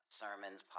sermons